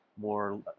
more